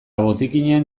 botikinean